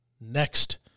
next